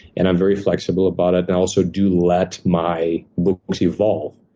and i'm very flexible about it. and i also do let my books evolve.